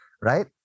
right